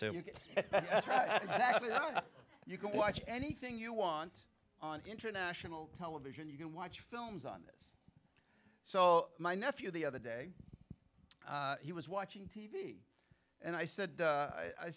can you can watch anything you want on international television you can watch films on this so my nephew the other day he was watching t v and i said